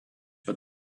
but